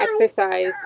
exercise